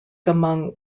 among